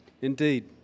Indeed